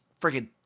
freaking